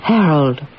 Harold